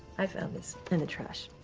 i found this in the trash.